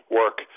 work